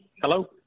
Hello